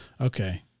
Okay